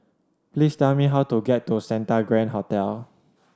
please tell me how to get to Santa Grand Hotel